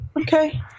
Okay